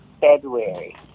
February